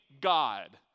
God